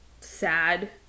sad